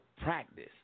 practice